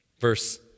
Verse